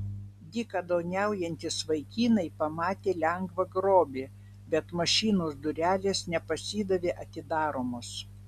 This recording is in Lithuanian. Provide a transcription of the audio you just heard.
dykaduoniaujantys vaikinai pamatė lengvą grobį bet mašinos durelės nepasidavė atidaromos